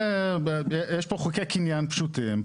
לא, יש פה חוקי קניין פשוטים.